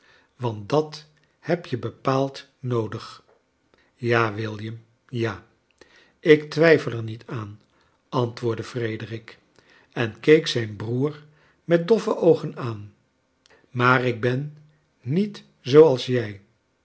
want dat heb je bepaald noodig ja william ja ik twijfel er niet aan antwoordde frederick en keck zijn broer met doffe oogen aan maar ik ben niet zooals jij